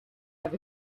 have